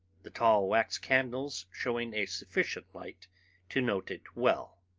the tall wax candles showing a sufficient light to note it well.